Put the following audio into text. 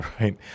Right